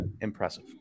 Impressive